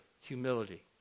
humility